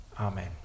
Amen